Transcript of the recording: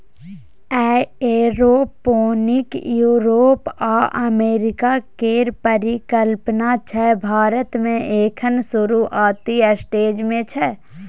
aeroponic Europe आ America केर परिकल्पना छै भारत मे एखन शुरूआती स्टेज मे छै